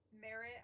merit